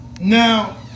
Now